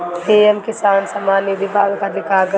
PM Kisan Samman Nidhi पावे खातिर का करी?